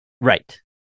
right